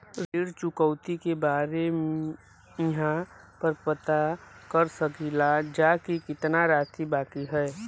ऋण चुकौती के बारे इहाँ पर पता कर सकीला जा कि कितना राशि बाकी हैं?